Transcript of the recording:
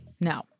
No